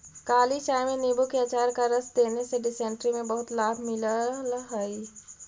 काली चाय में नींबू के अचार का रस देने से डिसेंट्री में बहुत लाभ मिलल हई